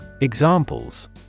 Examples